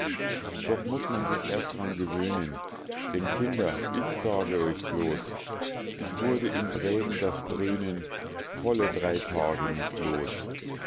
doch muß man sich erst dran gewöhnen denn kinder ich sage euch bloß ich wurde im brägen das dröhnen volle drei tage nicht los